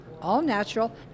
all-natural